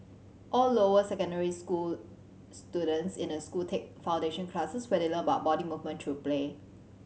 all lower secondary school students in the school take foundation classes where they learn about body movement through play